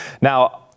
Now